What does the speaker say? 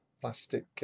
plastic